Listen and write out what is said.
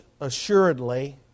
assuredly